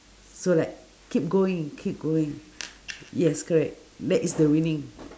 so like keep going keep going yes correct that is the winning